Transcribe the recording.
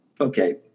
Okay